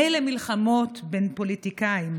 מילא מלחמות בין פוליטיקאים,